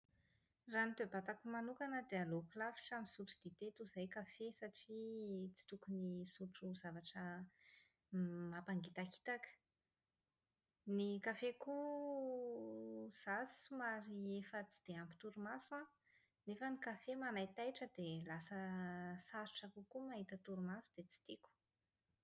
Raha ny toe-batako manokana dia aleoko lavitra misotro dite toy izay kafe satria tsy tokony hisotro zavatra mampangitakitaka. Ny kafe koa izaho efa tsy dia ampy torimaso nefa ny kafe manaitaitra dia lasa sarotra kokoa ny mahita torimaso dia tsy tiako.